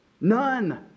None